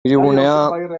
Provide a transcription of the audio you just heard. hirigunea